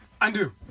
Undo